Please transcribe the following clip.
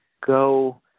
go